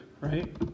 right